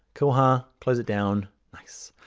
cool, huh? close it down. nice.